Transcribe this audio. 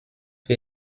wir